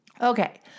Okay